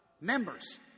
members